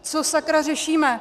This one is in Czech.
Co sakra řešíme!